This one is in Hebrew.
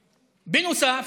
בנוסף,